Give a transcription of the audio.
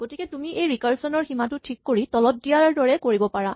গতিকে তুমি এই ৰিকাৰচন ৰ সীমাটো ঠিক কৰি তলত দিয়াৰ দৰে কৰিব পাৰা